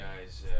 guys